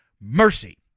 Mercy